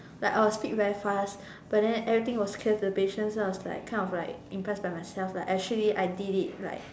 like I will speak very fast but then everything was clear to the patient so I was like kind of like impressed by myself lah actually I did it like